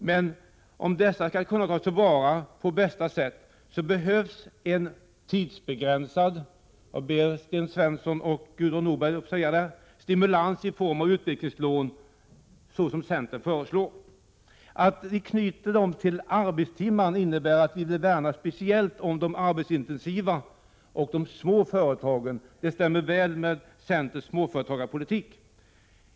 Men för att dessa skall kunna tas till vara på bästa sätt behövs det en tidsbegränsad, Sten Svensson och Gudrun Norberg, stimulans i form av de utvecklingslån som vi i centern föreslår. Att vi knyter dem till arbetstimmarna betyder att vi värnar speciellt om de arbetsintensiva och små företagen. Det stämmer väl överens med centerns småföretagarpolitik.